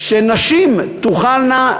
שנשים תוכלנה,